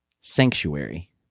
Sanctuary